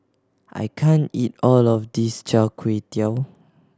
I can't eat all of this Char Kway Teow